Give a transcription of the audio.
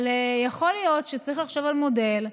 אבל יכול להיות שצריך לחשוב על מודל,